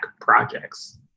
projects